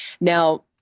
Now